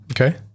Okay